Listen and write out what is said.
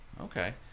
okay